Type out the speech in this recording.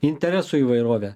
interesų įvairovė